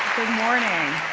morning,